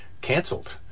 cancelled